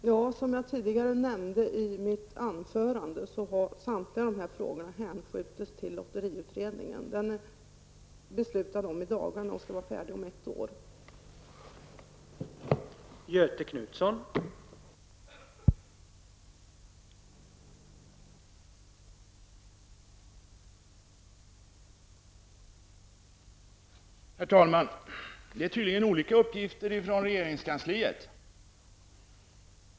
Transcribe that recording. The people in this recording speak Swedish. Herr talman! Jag nämnde i mitt anförande att samtliga dessa frågor hänskjutits till lotteriutredningen. Det har i dagarna fattats beslut om denna utredning, och den skall vara färdig mitt sitt arbete om ett år.